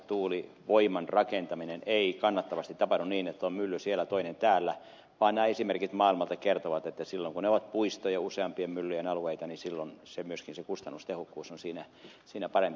ylipäänsä tuulivoiman rakentaminen ei kannattavasti tapahdu niin että on mylly siellä toinen täällä vaan nämä esimerkit maailmalta kertovat että silloin kun ne ovat puistoja useampien myllyjen alueita myös se kustannustehokkuus on siinä parempi